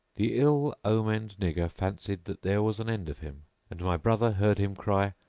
the ill omened nigger fancied that there was an end of him and my brother heard him cry,